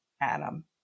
Adam